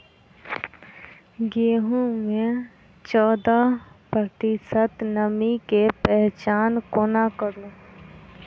गेंहूँ मे चौदह प्रतिशत नमी केँ पहचान कोना करू?